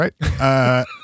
right